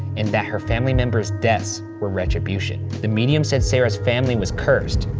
and that her family members' deaths were retribution. the medium said sarah's family was cursed,